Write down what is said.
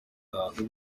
batanu